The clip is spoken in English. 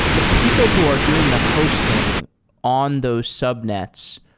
the people who are doing the hosting on those subnets,